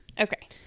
Okay